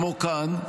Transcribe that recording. כמו כאן,